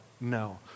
No